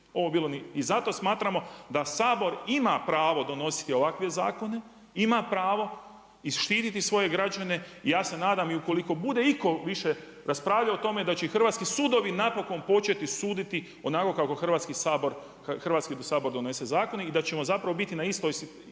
I zato smatramo da Sabor ima pravo donositi ovakve zakone, ima pravo i štititi svoje građane. I ja se nadam i ukoliko bude itko više raspravljao o tome da će i hrvatski sudovi napokon početi suditi onako kako Hrvatski sabor donese zakone i da ćemo zapravo biti na istoj strani i